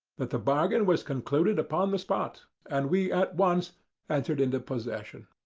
that the bargain was concluded upon the spot, and we at once entered into possession.